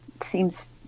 seems